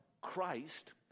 Christ